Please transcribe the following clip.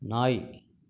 நாய்